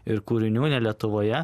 ir kūrinių ne lietuvoje